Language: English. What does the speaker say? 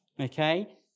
Okay